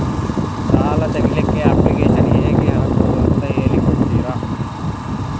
ಸಾಲ ತೆಗಿಲಿಕ್ಕೆ ಅಪ್ಲಿಕೇಶನ್ ಹೇಗೆ ಹಾಕುದು ಅಂತ ಹೇಳಿಕೊಡ್ತೀರಾ?